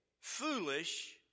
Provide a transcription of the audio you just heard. foolish